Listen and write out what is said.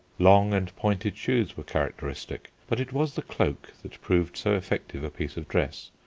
long and pointed shoes were characteristic, but it was the cloak that proved so effective a piece of dress,